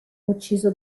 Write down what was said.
ucciso